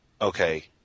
okay